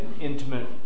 intimate